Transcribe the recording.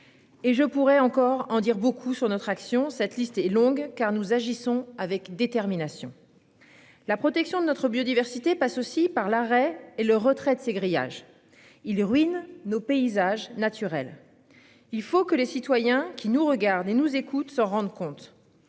Et je pourrais encore en dire beaucoup sur notre action, cette liste est longue car nous agissons avec détermination. La protection de notre biodiversité passe aussi par l'arrêt et le retrait de ces grillages ils ruinent nos paysages naturels. Il faut que les citoyens qui nous regardent et nous écoutent se rendent compte.